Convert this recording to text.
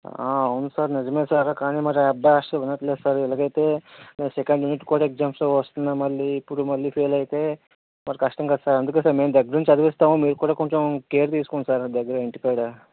అవును సార్ నిజమే సార్ కానీ మరి ఆ అబ్బాయి అసలు వినట్లేదు సార్ ఇలాగైతే సెకండ్ యూనిట్ కూడా ఎగ్జామ్స్ వస్తున్నాయి మళ్ళీ ఇప్పుడు మళ్ళీ ఫెయిల్ అయితే మరి కష్టం కదా సార్ అందుకే సార్ మేము దగ్గరుండి చదివిస్తాం మీరు కూడా కొంచెం కేర్ తీసుకోండి సార్ దగ్గరుండి ఇంటికాడ